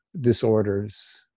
disorders